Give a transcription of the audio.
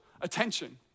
attention